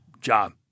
job